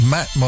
Matt